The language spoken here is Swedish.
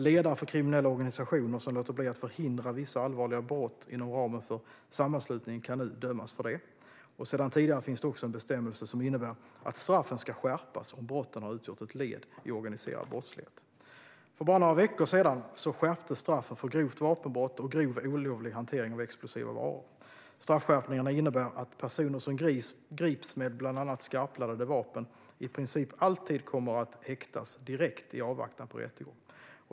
Ledare för kriminella organisationer som låter bli att förhindra vissa allvarliga brott inom ramen för sammanslutningen kan nu dömas för det. Sedan tidigare finns det också en bestämmelse som innebär att straffen ska skärpas om brotten har utgjort ett led i organiserad brottslighet. För bara några veckor sedan skärptes straffen för grovt vapenbrott och grov olovlig hantering av explosiva varor. Straffskärpningarna innebär att personer som grips med bland annat skarpladdade vapen i princip alltid kommer att häktas direkt i avvaktan på rättegång.